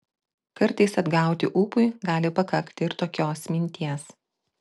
kartais atgauti ūpui gali pakakti ir tokios minties